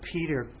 Peter